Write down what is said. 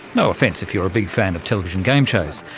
no offence if you're a big fan of television game shows.